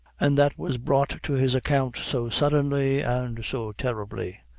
an' that was brought to his account so suddenly and so terribly.